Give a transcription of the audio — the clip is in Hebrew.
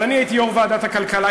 אבל אני הייתי יושב-ראש ועדת הכלכלה.